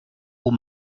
aux